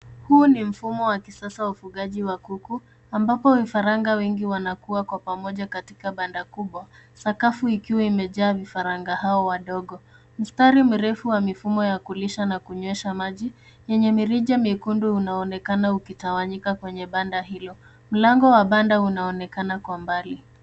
Huu ni mfumo wa kisasa wa ufugaji wa kuku ambapo vifaranga wengi wanakua kwa pamoja katika banda kubwa sakafu ikiwa imejaa vifaranga hao wadogo mstari mrefu wa mifumo ya kulisha na kunywesha maji yenye mirija mekendu yanaonekana yakitawanyika kwenye banda hilo mlango wa banda unaonekana kwa mbali.